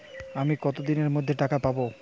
আমি কতদিনের মধ্যে টাকা পাবো?